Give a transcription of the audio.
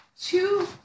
two